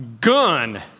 gun